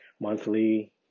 monthly